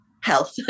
health